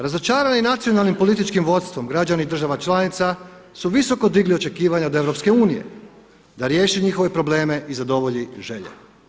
Razočarani nacionalnim političkim vodstvom građani država članica su visoko digli očekivanja od EU da riješi njihove probleme i zadovolji želje.